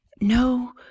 No